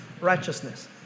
righteousness